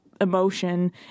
emotion